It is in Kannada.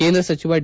ಕೇಂದ್ರ ಸಚಿವ ಡಿ